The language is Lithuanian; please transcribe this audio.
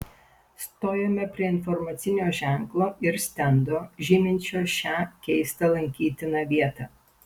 stojome prie informacinio ženklo ir stendo žyminčio šią keistą lankytiną vietą